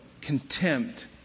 contempt